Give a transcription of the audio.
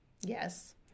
Yes